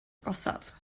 agosaf